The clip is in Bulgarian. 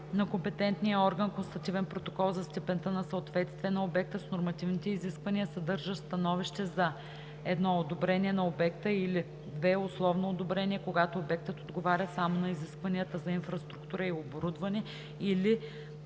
на компетентния орган констативен протокол за степента на съответствие на обекта с нормативните изисквания, съдържащ становище за: 1. одобрение на обекта, или 2. условно одобрение, когато обектът отговаря само на изискванията за инфраструктура и оборудване, или 3.